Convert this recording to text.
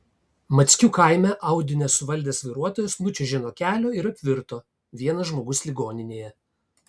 mackių kaime audi nesuvaldęs vairuotojas nučiuožė nuo kelio ir apvirto vienas žmogus ligoninėje